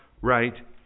right